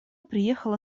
приехала